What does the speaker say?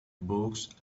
books